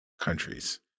countries